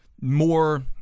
more